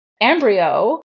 embryo